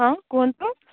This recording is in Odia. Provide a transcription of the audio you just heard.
ହଁ କୁହନ୍ତୁ